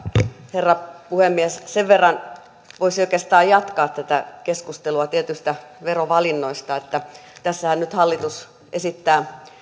herra puhemies sen verran voisi oikeastaan jatkaa tätä keskustelua tietyistä verovalinnoista että tässähän nyt hallitus esittää